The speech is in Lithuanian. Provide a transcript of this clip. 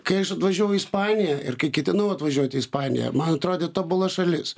kai aš atvažiavau į ispaniją ir kai ketinau atvažiuoti į ispaniją man atrodė tobula šalis